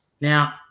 Now